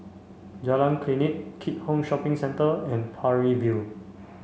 Jalan Klinik Keat Hong Shopping Centre and Parry View